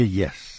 yes